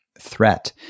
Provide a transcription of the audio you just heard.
threat